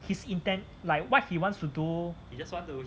his intent like what he wants to do